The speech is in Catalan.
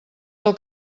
del